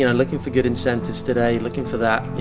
you know looking for good incentives today. looking for that, you